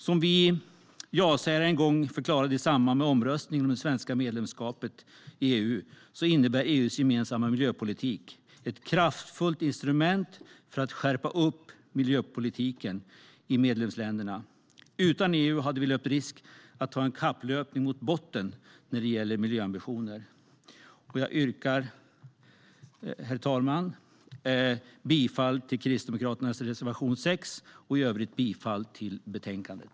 Som vi ja-sägare en gång förklarade i samband med omröstningen om det svenska medlemskapet i EU innebär EU:s gemensamma miljöpolitik ett kraftfullt instrument för att skärpa miljöpolitiken i medlemsländerna. Utan EU hade vi löpt risk att ha en kapplöpning mot botten när det gäller miljöambitioner. Herr ålderspresident! Jag yrkar bifall till Kristdemokraternas reservation 6 och i övrigt bifall till förslaget i betänkandet.